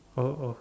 oh oh